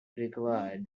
required